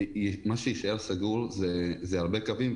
מה שיישאר סגור זה הרבה קווים.